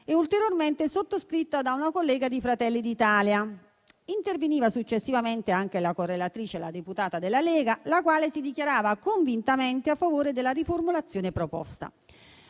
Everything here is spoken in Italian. e ulteriormente sottoscritta da una collega di Fratelli d'Italia. Successivamente è intervenuta anche la correlatrice, una deputata della Lega, dichiarandosi convintamente a favore della riformulazione proposta.